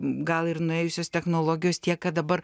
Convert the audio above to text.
gal ir nuėjusios technologijos tiek kad dabar